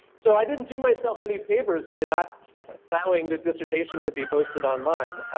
so i didn't do myself any favors by not allowing the dissertation to be posted online,